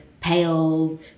pale